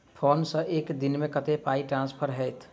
Phone सँ एक दिनमे कतेक पाई ट्रान्सफर होइत?